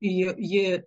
ji ji